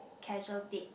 casual dates